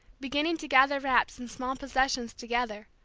beginning to gather wraps and small possessions together,